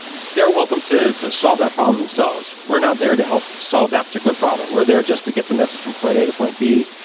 they're welcome to to solve that problem themselves. we're not there to help solve that particular problem. we're there just to get the message from point a to point b.